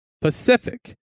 Pacific